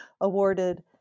awarded